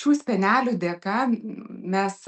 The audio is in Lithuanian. šių spenelių dėka mes